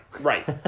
right